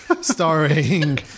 Starring